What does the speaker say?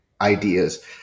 ideas